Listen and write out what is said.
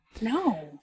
No